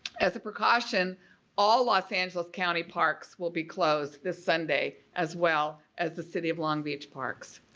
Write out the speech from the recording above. as a precaution all los angeles county parks will be closed this sunday as well as the city of long beach parks.